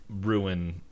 ruin